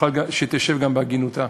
תשב גם בעגינותה.